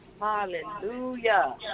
Hallelujah